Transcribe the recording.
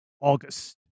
August